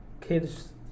kids